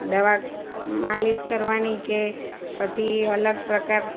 દવા માલિશ કરવાની કે પછી અલગ પ્રકાર